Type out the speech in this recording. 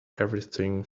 everything